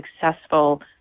successful